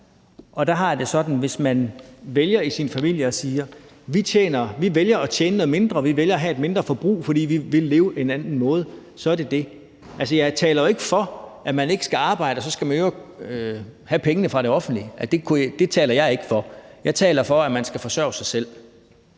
og der har jeg det sådan, at hvis man i sin familie vælger at sige, at vi vælger at tjene noget mindre og vælger at have et mindre forbrug, fordi vi vil leve på en anden måde, er det det. Altså, jeg taler jo ikke for, at man ikke skal arbejde, og at så skal man i øvrigt have pengene fra det offentlige. Det taler jeg ikke for. Jeg taler for, at man skal forsørge sig selv.